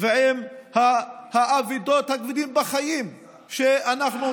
ועם האבדות הכבדות בחיים שאנחנו משלמים,